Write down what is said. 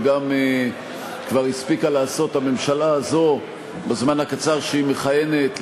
וגם כבר הספיקה לעשות הממשלה הזו בזמן הקצר שהיא מכהנת,